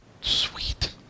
Sweet